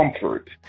comfort